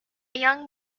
young